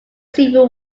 civil